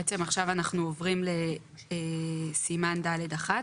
בעצם עכשיו אנחנו עוברים לסימן ד'1.